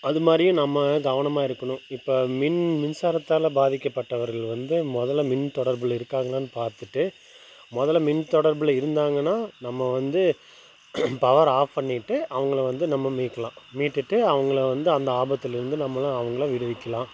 அது மாதிரியும் நம்ம கவனமாக இருக்கணும் இப்போ மின் மின்சாரத்தால் பாதிக்கப்பட்டவர்கள் வந்து முதல்ல மின்தொடர்பில் இருக்காங்களான்னு பார்த்துட்டு முதல்ல மின் தொடர்பில் இருந்தாங்கன்னா நம்ம வந்து பவர் ஆஃப் பண்ணிவிட்டு அவங்களை வந்து நம்ம மீட்கலாம் மீட்டுவிட்டு அவங்களை வந்து அந்த ஆபத்துல இருந்து நம்மளும் அவங்களை விடுவிக்கலாம்